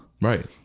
right